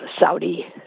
Saudi